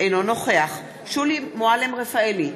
אינו נוכח שולי מועלם-רפאלי,